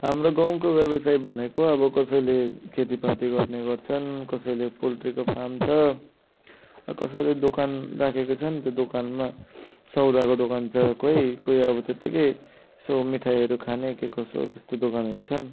हाम्रो गाउँको व्यवसाय भनेको अब कसैले खेतीपाती गर्ने गर्छन् कसैले पोल्ट्रीको फार्म छ कसैले दोकान राखेका छन् दोकानमा सौदाको दोकान छ कोही कोही अब त्यतिकै यसो मिठाईहरू खाने के कसो त्यस्तो दोकानहरू छन्